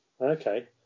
Okay